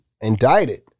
indicted